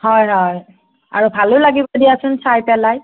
হয় হয় আৰু ভালো লাগিছে দিয়াচোন চাই পেলাই